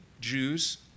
Jews